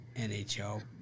NHL